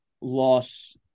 loss